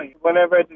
whenever